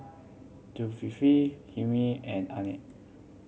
Zulkifli Hilmi and Ain